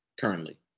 currently